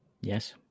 Yes